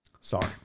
Sorry